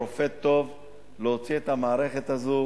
רופא טוב, להוציא את המערכת הזאת